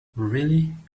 really